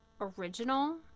original